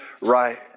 right